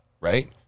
right